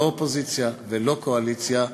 לא אופוזיציה ולא קואליציה,